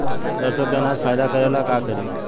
सरसो के अनाज फायदा करेला का करी?